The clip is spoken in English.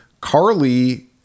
Carly